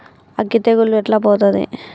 అగ్గి తెగులు ఎట్లా పోతది?